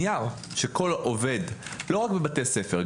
נייר שכל עובד לא רק בבתי הספר,